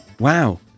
Wow